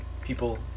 people